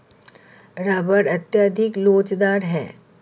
rubber अत्यधिक लोचदार है